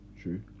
true